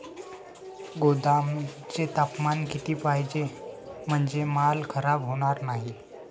गोदामाचे तापमान किती पाहिजे? म्हणजे माल खराब होणार नाही?